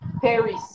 Paris